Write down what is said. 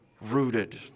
rooted